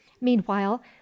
meanwhile